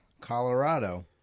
Colorado